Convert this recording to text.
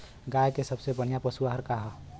गाय के सबसे बढ़िया पशु आहार का ह?